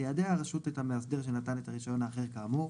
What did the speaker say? תיידע הרשות את המאסדר שנתן את הרישיון האחר כאמור